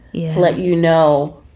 it's like, you know,